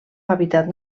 hàbitat